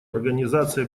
организации